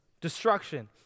destruction